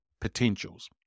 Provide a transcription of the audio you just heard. potentials